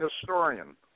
historian